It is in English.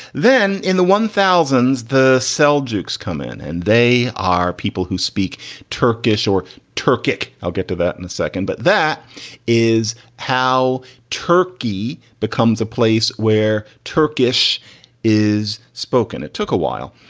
then in the one thousands, the seljuk come in and they are people who speak turkish or turkish. i'll get to that in a second. but that is how turkey becomes a place where turkish is spoken. it took a while.